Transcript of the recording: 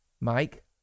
Mike